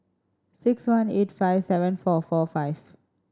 six one eight five seven four four five